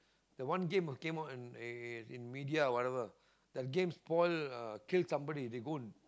the one game was came out in err in media or whatever the game spoil uh kill somebody they go